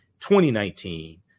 2019